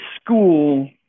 school